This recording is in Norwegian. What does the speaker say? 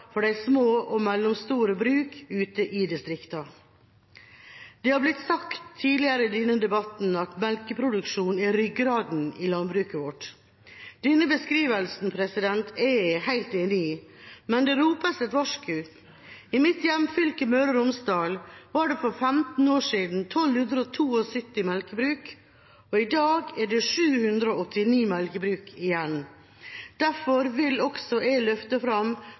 grunnlag for de små og mellomstore brukene ute i distriktene. Det har blitt sagt tidligere i denne debatten at melkeproduksjonen er ryggraden i landbruket vårt. Den beskrivelsen er jeg helt enig i, men det ropes et varsku. I mitt hjemfylke, Møre og Romsdal, var det for 15 år siden 1 272 melkebruk, og i dag er det 789 melkebruk igjen. Derfor vil også jeg løfte fram